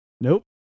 nope